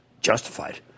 Justified